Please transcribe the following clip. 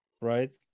right